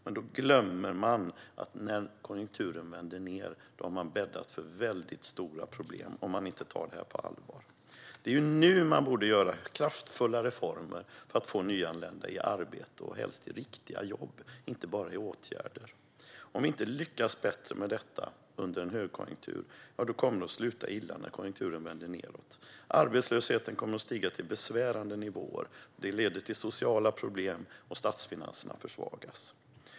Man glömmer dock att man har bäddat för väldigt stora problem när konjunkturen vänder nedåt om man inte tar detta på allvar. Det är nu man borde genomföra kraftfulla reformer för att få nyanlända i arbete - helst i riktiga jobb, inte bara i åtgärder. Om vi inte lyckas bättre med detta under en högkonjunktur kommer det att sluta illa när konjunkturen vänder nedåt. Arbetslösheten kommer att stiga till besvärande nivåer, vilket leder till sociala problem och till att statsfinanserna försvagas.